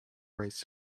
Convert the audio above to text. race